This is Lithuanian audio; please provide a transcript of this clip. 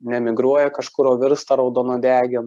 nemigruoja kažkur o virsta raudonuodegėm